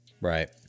right